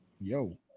Yo